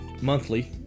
monthly